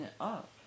up